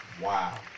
Wow